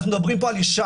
אנחנו מדברים פה על אישה